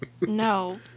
No